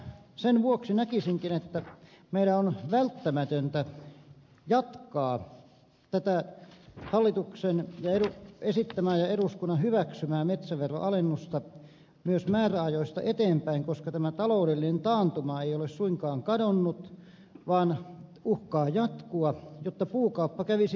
sen vuoksi näkisinkin että meidän on välttämätöntä jatkaa tätä hallituksen esittämää ja eduskunnan hyväksymää metsäveronalennusta myös määräajoista eteenpäin koska tämä taloudellinen taantuma ei ole suinkaan kadonnut vaan uhkaa jatkua jotta puukauppa kävisi jatkossakin